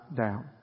down